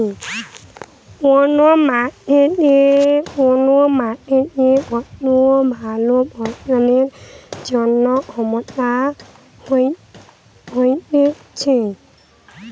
কোন মাটিতে কত ভালো ফসলের প্রজনন ক্ষমতা হতিছে